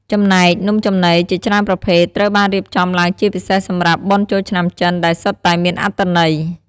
ចំណែក នំចំណីជាច្រើនប្រភេទត្រូវបានរៀបចំឡើងជាពិសេសសម្រាប់បុណ្យចូលឆ្នាំចិន ដែលសុទ្ធតែមានអត្ថន័យ។